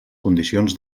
condicions